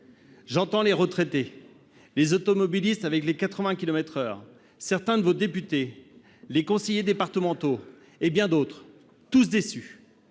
J'entends les retraités, les automobilistes avec les 80 kilomètres par heure, certains de vos députés, les conseillers départementaux, et bien d'autres. Tous déçus